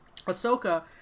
Ahsoka